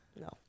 No